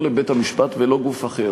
לא בית-המשפט ולא גוף אחר.